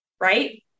right